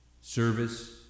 service